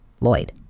Lloyd